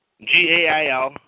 G-A-I-L